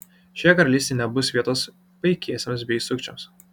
šioje karalystėje nebus vietos paikiesiems bei sukčiams